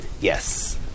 Yes